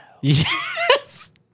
Yes